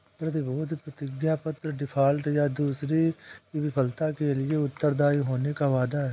प्रतिभूति प्रतिज्ञापत्र डिफ़ॉल्ट, या दूसरे की विफलता के लिए उत्तरदायी होने का वादा है